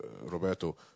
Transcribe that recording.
Roberto